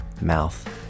mouth